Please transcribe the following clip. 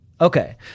Okay